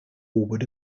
would